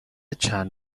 چند